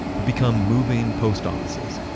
but become moving post offices.